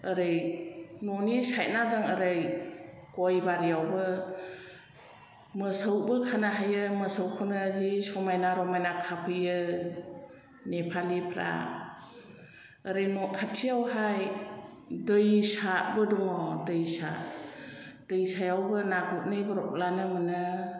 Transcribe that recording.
ओरै न'नि सायडना जों ओरै गय बारियावबो मोसौबो खानो हायो मोसौखौनो जि समायना रमायना खाफैयो नेपालिफ्रा ओरै न' खाथियावहाय दैसाबो दङ दैसा दैसायावबो ना गुरनै ब्रबब्लानो मोनो